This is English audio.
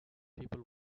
people